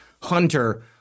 Hunter